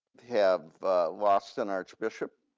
have lost an archbishop,